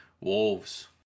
Wolves